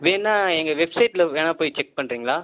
வேணுனா எங்கள் வெப்சைட்டில் வேணால் போய் செக் பண்ணுறீங்களா